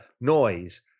noise